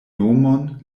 nomon